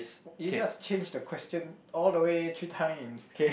you just change the question all the way three times